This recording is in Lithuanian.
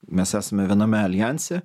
mes esame viename aljanse